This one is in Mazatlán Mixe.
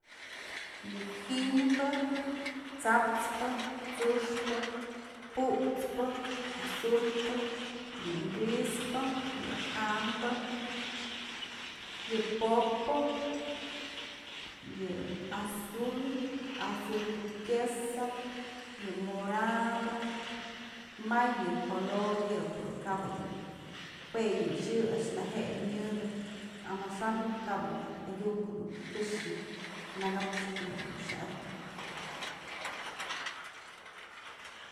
Yë jynbë, tsa'ap pë, tsu'uxpë, putspë, azulpë, yën grispë, yë jambë, yë pop'pë, yë azul, azul turquesa, yë morado, mayë color yë pero baë dun, jue yë xyë a'ax neje'e my¨]ede amaxa'an kap yë ayu'uk dun këxë nakapxëp neyb dun xa'atyën.